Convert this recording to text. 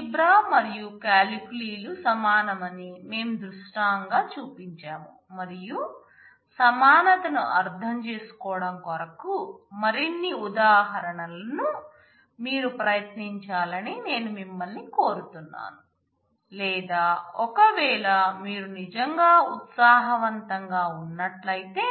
algebra మరియు కాలిక్యులి లు సమానమని మేం దృష్టాంగా చూపించాం మరియు సమానతను అర్థం చేసుకోవడం కొరకు మరిన్ని ఉదాహరణలను మీరు ప్రయత్నించాలని నేను మిమ్మల్ని కోరుతున్నాను లేదా ఒకవేళ మీరు నిజంగా ఉత్సాహవంతంగా ఉన్నట్లయితే